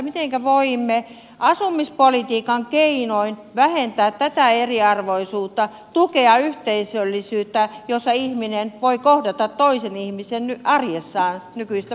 mitenkä voimme asumispolitiikan keinoin vähentää tätä eriarvoisuutta tukea yhteisöllisyyttä jossa ihminen voi kohdata toisen ihmisen arjessaan nykyistä paremmin